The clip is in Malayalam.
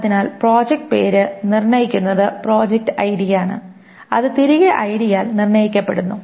അതിനാൽ പ്രോജക്റ്റ് പേര് നിർണ്ണയിക്കുന്നത് പ്രോജക്റ്റ് ഐഡിയാണ് അത് തിരികെ ഐഡിയാൽ നിർണ്ണയിക്കപ്പെടുന്നു